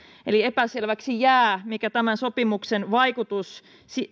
eli epäselväksi jää mikä tämän sopimuksen vaikutus